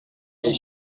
des